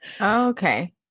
Okay